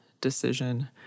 decision